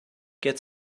get